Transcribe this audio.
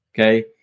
Okay